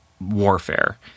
warfare